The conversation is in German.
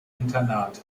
internat